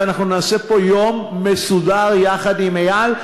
ואנחנו נעשה פה יום מסודר יחד עם אייל.